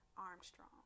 Armstrong